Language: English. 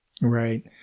Right